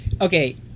Okay